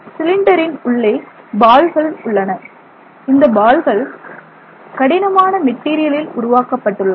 சிலிண்டரின் உள்ளே பால்கள் உள்ளன இந்த பால்கள் கடினமான மெட்டீரியலில் உருவாக்கப்பட்டுள்ளன